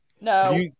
No